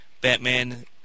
Batman